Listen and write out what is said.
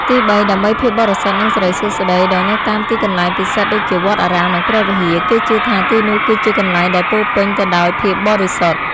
ទីបីដើម្បី ភាពបរិសុទ្ធ និងសិរីសួស្តី ដោយនៅតាមទីកន្លែងពិសិដ្ឋដូចជាវត្តអារាម និងព្រះវិហារ គេជឿថាទីនោះគឺជាកន្លែងដែលពោរពេញដោយភាពបរិសុទ្ធ។